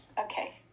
Okay